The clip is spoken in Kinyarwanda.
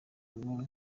muntu